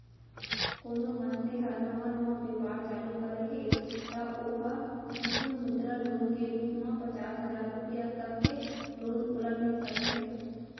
कोनो मनसे ह नवा नवा बेपार चालू करे हे त ओ ह सिसु मुद्रा लोन के रुप म पचास हजार रुपया तक के लोन ओला मिल सकथे